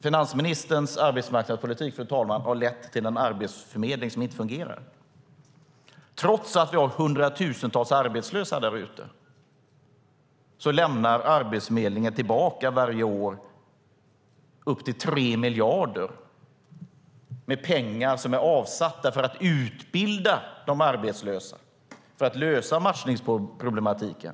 Finansministerns arbetsmarknadspolitik, fru talman, har lett till en arbetsförmedling som inte fungerar. Trots att vi har hundratusentals arbetslösa där ute lämnar Arbetsförmedlingen varje år tillbaka upp till 3 miljarder. Det är pengar som är avsatta för att utbilda de arbetslösa och för att lösa matchningsproblematiken.